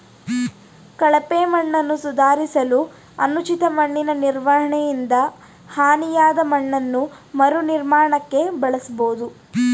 ಕಳಪೆ ಮಣ್ಣನ್ನು ಸುಧಾರಿಸಲು ಅನುಚಿತ ಮಣ್ಣಿನನಿರ್ವಹಣೆಯಿಂದ ಹಾನಿಯಾದಮಣ್ಣನ್ನು ಮರುನಿರ್ಮಾಣಕ್ಕೆ ಬಳಸ್ಬೋದು